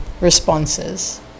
responses